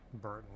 Burton